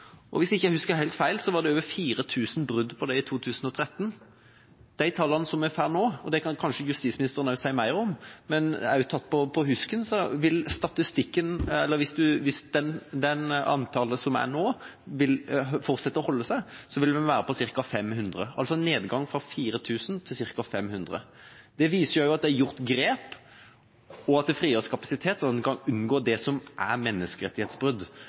Hvis jeg ikke husker helt feil, var det over 4 000 brudd på dette i 2013. Hvis det antallet som er nå – og dette kan kanskje justisministeren si mer om – fortsatt holder seg, vil tallet, tatt på husken, være ca. 500, altså en nedgang fra 4 000 til ca. 500. Det viser at det er tatt grep, og at det frigjøres kapasitet, slik at en kan unngå menneskerettighetsbrudd, og det har vært viktig for Kristelig Folkeparti. Det som kanskje var noe av det viktigste da vi gjorde dette grepet, var at ja, dette løser det